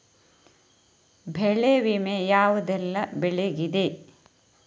ಬೆಳೆ ವಿಮೆ ಯಾವುದೆಲ್ಲ ಬೆಳೆಗಿದೆ?